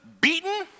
beaten